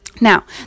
now